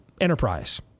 enterprise